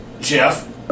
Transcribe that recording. Jeff